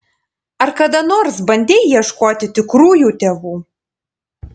ar kada nors bandei ieškoti tikrųjų tėvų